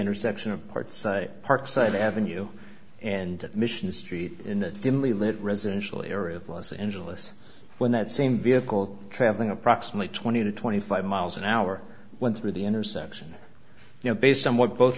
intersection of parts parkside revenue and mission street in a dimly lit residential area of los angeles when that same vehicle traveling approximately twenty to twenty five miles an hour went through the intersection you know based on what both